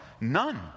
none